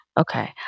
Okay